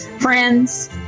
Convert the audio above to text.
Friends